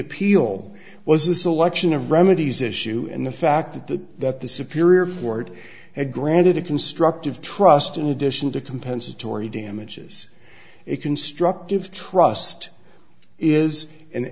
appeal was a selection of remedies issue and the fact that the that the superior court had granted a constructive trust in addition to compensatory damages a constructive trust is an